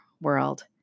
world